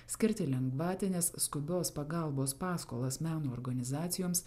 skirti lengvatines skubios pagalbos paskolas meno organizacijoms